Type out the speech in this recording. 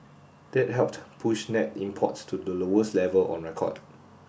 that helped push net imports to the lowest level on record